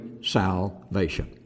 salvation